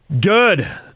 Good